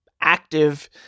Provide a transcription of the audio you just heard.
active